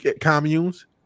communes